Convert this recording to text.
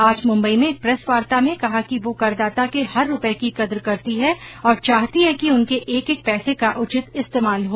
आज मुंबई में एक प्रेस वार्ता में कहा कि वह करदाता के हर रुपये की कद्र करती है और चाहती हैं कि उनके एक एक पैसे का उचित इस्तेमाल हो